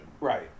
Right